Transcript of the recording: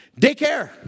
Daycare